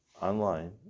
online